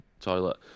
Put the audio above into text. toilet